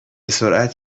سرعت